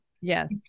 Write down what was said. yes